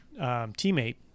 teammate